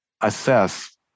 assess